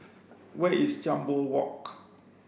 where is Jambol Walk